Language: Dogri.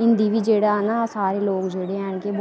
हिंदी बी जेह्ड़ा ऐ ना सारे लोक जेह्ड़े